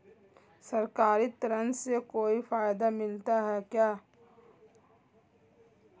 सरकारी ऋण से कोई फायदा मिलता है क्या?